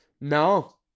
No